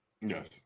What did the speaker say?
Yes